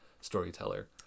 storyteller